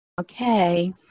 okay